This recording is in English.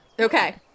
Okay